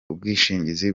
ubwishingizi